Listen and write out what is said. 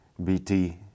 BT